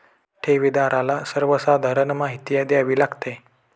ठेवीदाराला सर्वसाधारण माहिती द्यावी लागते